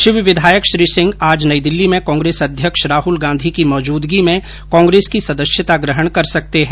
शिव विधायक श्री सिंह आज नई दिल्ली में कांग्रेस अध्यक्ष राहल गांधी की मौजूदगी में कांग्रेस की सदस्यता ग्रहण कर सकते है